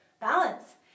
Balance